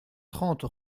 trente